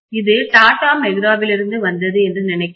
இது டாடா மெக்ராவிலிருந்து வந்தது என்று நினைக்கிறேன்